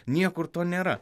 niekur to nėra